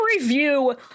review